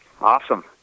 Awesome